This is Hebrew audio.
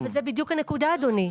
אבל זו בדיוק הנקודה אדוני.